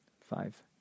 five